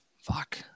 Fuck